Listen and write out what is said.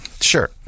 Sure